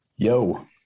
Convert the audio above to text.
yo